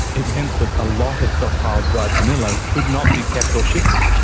it meant that a lot of stockpiled dried vanilla could not be kept or shifted,